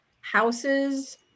houses